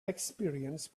experience